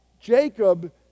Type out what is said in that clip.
jacob